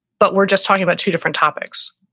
but we're just talking about two different topics.